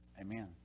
amen